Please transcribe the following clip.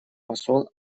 посол